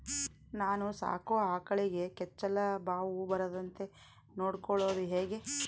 ನಾನು ಸಾಕೋ ಆಕಳಿಗೆ ಕೆಚ್ಚಲುಬಾವು ಬರದಂತೆ ನೊಡ್ಕೊಳೋದು ಹೇಗೆ?